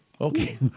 Okay